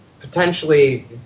potentially